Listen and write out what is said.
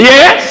Yes